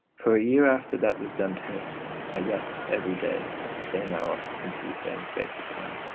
for a year after that was done to me i wept every day at the same hour and for the same space of time.